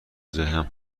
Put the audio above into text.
ذهنم